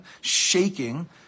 shaking